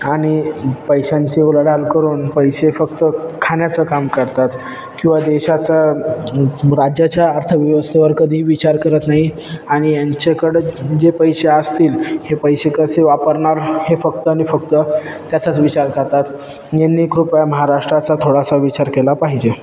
आणि पैशांची उलाढाल करून पैसे फक्त खाण्याचं काम करतात किंवा देशाचा राज्याच्या अर्थव्यवस्थेवर कधीही विचार करत नाही आणि यांच्याकडं जे पैसे असतील हे पैसे कसे वापरणार हे फक्त आणि फक्त त्याचाच विचार करतात यांनी कृपया महाराष्ट्राचा थोडासा विचार केला पाहिजे